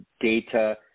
Data